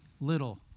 little